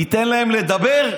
ניתן להם לדבר?